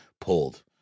pulled